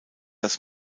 das